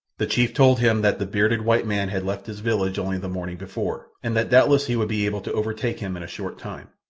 the chief told him that the bearded white man had left his village only the morning before, and that doubtless he would be able to overtake him in a short time.